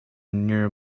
near